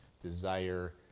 desire